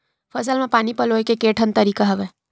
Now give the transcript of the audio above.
फसल म पानी पलोय के केठन तरीका हवय?